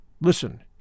Listen